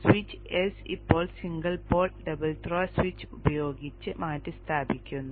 switch S ഇപ്പോൾ single pole double throw switch ഉപയോഗിച്ച് മാറ്റിസ്ഥാപിക്കുന്നു